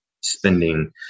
spending